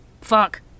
Fuck